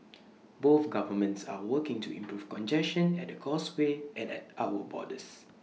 both governments are working to improve congestion at the causeway and at our borders